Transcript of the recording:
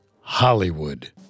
Hollywood